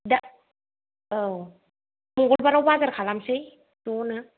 दा औ मंगलबाराव बाजार खालामनोसै ज'नो